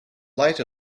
light